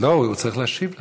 לא, הוא צריך להשיב לך.